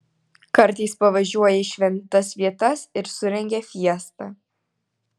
kartais pavažiuoja į šventas vietas ir surengia fiestą